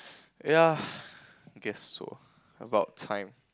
ya I guess so about time